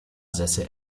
sessel